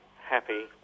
happy